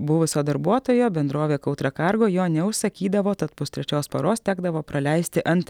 buvusio darbuotojo bendrovė kautra cargo jo neužsakydavo tad pustrečios paros tekdavo praleisti ant